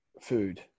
food